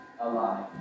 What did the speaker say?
alive